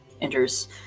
enters